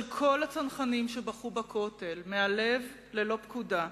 של כל הצנחנים שבכו בכותל, מהלב, ללא פקודה,